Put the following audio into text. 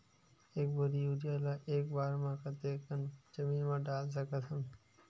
एक बोरी यूरिया ल एक बार म कते कन जमीन म डाल सकत हन?